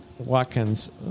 Watkins